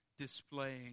displaying